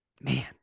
man